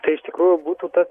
tai iš tikrųjų būtų tas